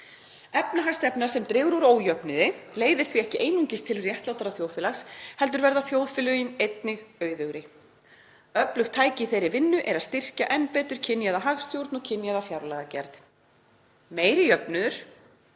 Efnahagsstefna sem dregur úr ójöfnuði leiðir því ekki einungis til réttlátara þjóðfélags heldur verða þjóðfélögin einnig auðugri. Öflugt tæki í þeirri vinnu er að styrkja enn betur kynjaða hagstjórn og kynjaða fjárlagagerð. Meiri jöfnuður